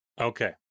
Okay